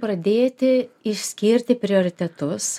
pradėti išskirti prioritetus